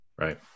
Right